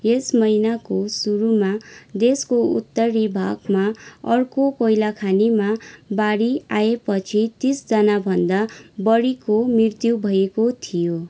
यस महिनाको सुरुमा देशको उत्तरी भागमा अर्को कोइला खानीमा बाढी आएपछि तिसजनाभन्दा बढीको मृत्यु भएको थियो